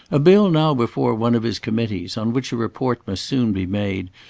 a bill now before one of his committees, on which a report must soon be made,